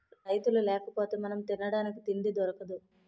రైతులు లేకపోతె మనం తినడానికి తిండి దొరకదు